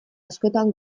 askotan